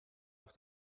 auf